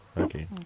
Okay